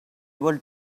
able